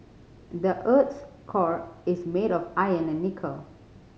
the earth's core is made of iron and nickel